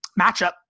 matchup